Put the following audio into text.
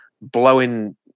blowing